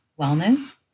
wellness